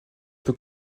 peut